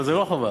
אבל זה לא חובה.